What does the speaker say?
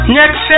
Next